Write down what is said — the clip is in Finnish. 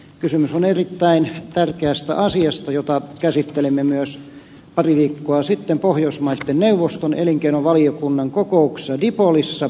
kysymys on erittäin tärkeästä asiasta jota käsittelimme myös pari viikkoa sitten pohjoismaiden neuvoston elinkeinovaliokunnan kokouksessa dipolissa